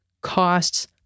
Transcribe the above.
costs